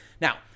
Now